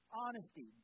honesty